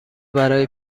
برای